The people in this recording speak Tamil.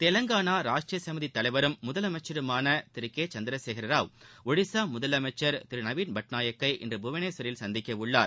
தெலுங்கானா ராஷ்ட்ரீய சமிதி தலைவரும் முதலமைச்சருமான திரு கே சந்திரசேகர ராவ் ஒடிசா முதலமைச்சர் திரு நவீன் பட்நாயக்கை இன்று புவனேஸ்வரில் சந்திக்கவுள்ளார்